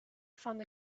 found